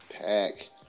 pack